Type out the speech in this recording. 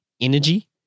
energy